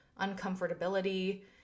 uncomfortability